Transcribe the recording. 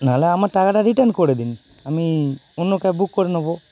না হলে আমার টাকাটা রিটার্ন করে দিন আমি অন্য ক্যাব বুক করে নেব